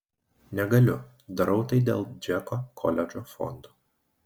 negaliu darau tai dėl džeko koledžo fondo